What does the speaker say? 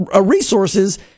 resources